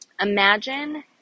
Imagine